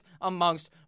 amongst